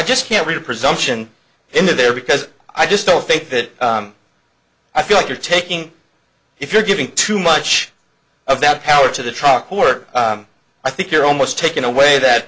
just can't read a presumption in there because i just don't think that i feel like you're taking if you're giving too much of that power to the trial court i think you're almost taking away that